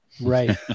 right